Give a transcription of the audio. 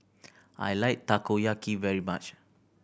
I like Takoyaki very much